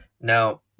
Now